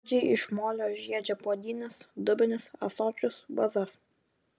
puodžiai iš molio žiedžia puodynes dubenis ąsočius vazas